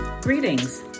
Greetings